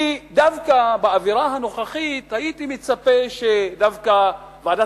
דווקא באווירה הנוכחית הייתי מצפה שהוועדה